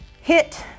hit